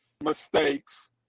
mistakes